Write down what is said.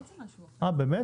באמת?